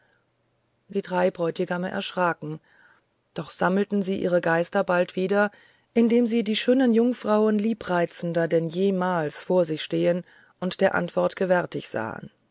die drei bräutigame erschraken doch sammelten sie ihre geister bald wieder indem sie die schönen jungfrauen liebreizender denn jemals vor sich stehen und der antwort gewärtig sahen